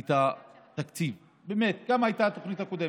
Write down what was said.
את התקציב, כמה באמת הייתה התוכנית הקודמת.